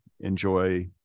enjoy